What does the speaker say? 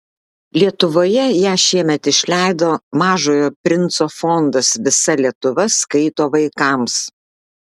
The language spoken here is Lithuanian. lietuvoje ją šiemet išleido mažojo princo fondas visa lietuva skaito vaikams